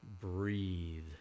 breathe